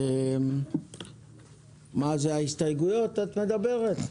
חברת הכנסת בזק, בבקשה.